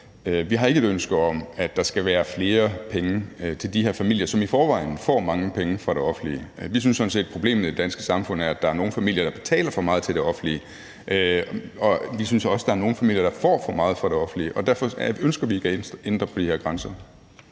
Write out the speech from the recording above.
vi har ikke et ønske om, at der skal være flere penge til de her familier, som i forvejen får mange penge fra det offentlige. Vi synes sådan set, at problemet i det danske samfund er, at der er nogle familier, der betaler for meget til det offentlige, og vi synes også, at der er nogle familier, der får for meget fra det offentlige, og derfor ønsker vi ikke at ændre på de her grænser.